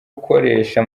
ukoresha